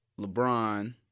LeBron